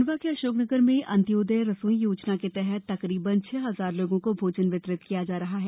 खण्डवा के अशोक नगर में अंत्योदय रसोई योजना के तहत तकरीबन छह हजार लोगों भोजन वितरित किया जा रहा है